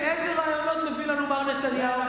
ואילו רעיונות מביא לנו מר נתניהו?